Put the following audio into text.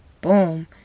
Boom